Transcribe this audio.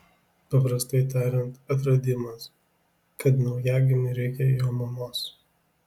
paprastai tariant atradimas kad naujagimiui reikia jo mamos